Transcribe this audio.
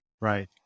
Right